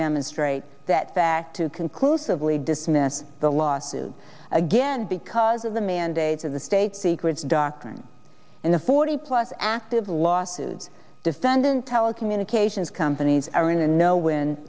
demonstrate that fact to conclusively dismiss the lawsuit again because of the mandates of the state secrets doctrine and the forty plus active lawsuits defendant telecommunications companies are in a no win